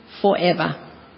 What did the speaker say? forever